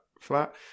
flat